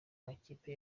makipe